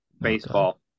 Baseball